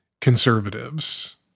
conservatives